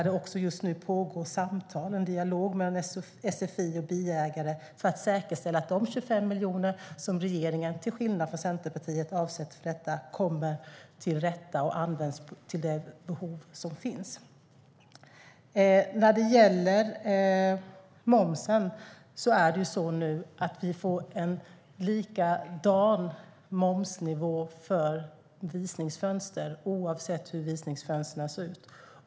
Det pågår just nu samtal och en dialog mellan SFI och bioägare för att säkerställa att de 25 miljoner som regeringen, till skillnad från Centerpartiet, avsätter för detta hamnar rätt och används för de behov som finns. När det gäller momsen får vi nu samma momsnivå för visningsfönster oavsett hur de ser ut.